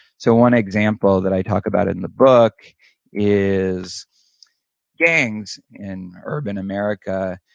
so one example that i talked about in the book is gangs in urban america.